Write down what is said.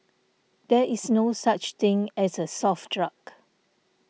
there is no such thing as a soft drug